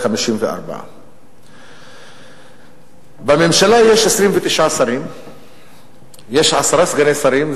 54. בממשלה יש 29 שרים ועשרה סגני שרים,